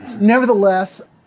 nevertheless